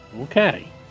Okay